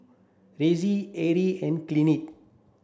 Ressie Arie and Kathlyn